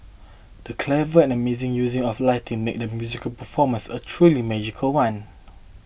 the clever and amazing use of lighting made the musical performance a truly magical one